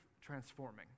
transforming